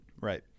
Right